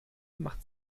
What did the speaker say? macht